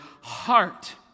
heart